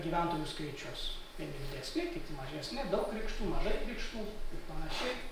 gyventojų skaičius vieni didesni kiti mažesni daug krikštų mažai krikštų ir panašiai